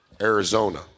Arizona